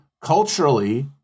culturally